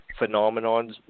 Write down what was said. phenomenons